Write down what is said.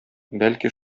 бәлки